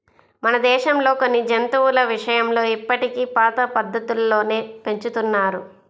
మన దేశంలో కొన్ని జంతువుల విషయంలో ఇప్పటికీ పాత పద్ధతుల్లోనే పెంచుతున్నారు